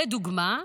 לדוגמה,